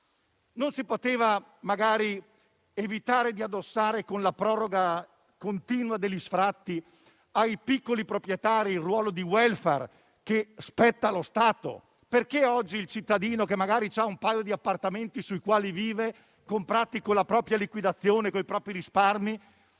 Non si poteva magari evitare, con la proroga continua degli sfratti, di addossare ai piccoli proprietari il ruolo di *welfare* che spetta allo Stato? Perché oggi il cittadino, che magari ha un paio di appartamenti sui quali vive, comprati con la propria liquidazione o i propri risparmi,